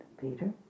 Peter